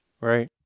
Right